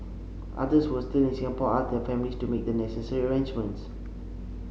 others who were still in Singapore asked their families to make the necessary arrangements